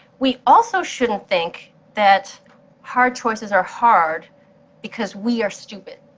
we also shouldn't think that hard choices are hard because we are stupid.